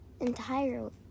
entirely